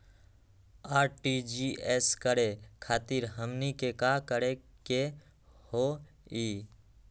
RTGS करे खातीर हमनी के का करे के हो ई?